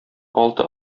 алты